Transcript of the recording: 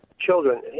children